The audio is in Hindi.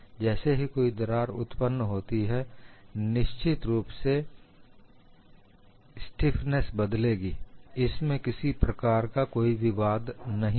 जैसे ही कोई दरार उत्पन्न होती है निश्चित रूप से स्टीफनेस भी बदलेगी इसमें किसी प्रकार का कोई विवाद नहीं है